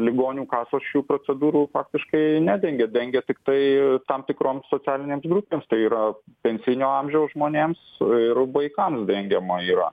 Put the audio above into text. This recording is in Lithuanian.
ligonių kasos šių procedūrų faktiškai nedengia dengia tiktai tam tikroms socialinėms grupėms tai yra pensijinio amžiaus žmonėms ir vaikams dengiama yra